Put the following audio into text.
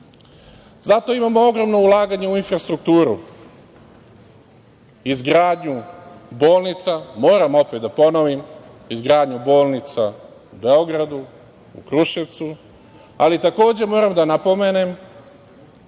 Zato imamo ogromno ulaganje u infrastrukturu, izgradnju bolnica, moram opet da ponovim, izgradnju bolnica u Beogradu, u Kruševcu, ali takođe moram da napomenem